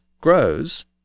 grows